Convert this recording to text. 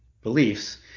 beliefs